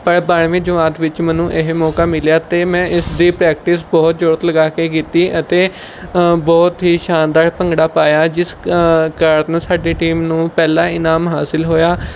ਪਰ ਬਾਰਵੀਂ ਜਮਾਤ ਵਿੱਚ ਮੈਨੂੰ ਇਹ ਮੌਕਾ ਮਿਲਿਆ ਅਤੇ ਮੈਂ ਇਸਦੀ ਪ੍ਰੈਕਟਿਸ ਬਹੁਤ ਜ਼ੋਰ ਤ ਲਗਾ ਕੇ ਕੀਤੀ ਅਤੇ ਬਹੁਤ ਹੀ ਸ਼ਾਨਦਾਰ ਭੰਗੜਾ ਪਾਇਆ ਜਿਸ ਕਾਰਨ ਸਾਡੀ ਟੀਮ ਨੂੰ ਪਹਿਲਾਂ ਇਨਾਮ ਹਾਸਿਲ ਹੋਇਆ